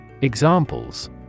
Examples